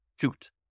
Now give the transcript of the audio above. Shoot